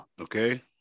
Okay